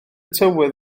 tywydd